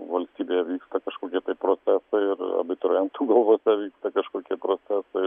valstybėje vyksta kažkokie tai procesai ir abiturientų galvose vyksta kažkokie procesai